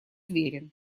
верен